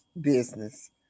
business